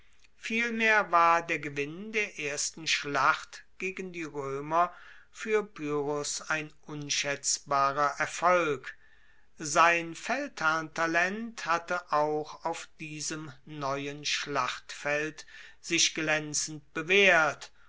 vielmehr war der gewinn der ersten schlacht gegen die roemer fuer pyrrhos ein unschaetzbarer erfolg sein feldherrntalent hatte auch auf diesem neuen schlachtfeld sich glaenzend bewaehrt